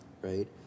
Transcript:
Right